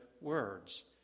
words